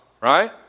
right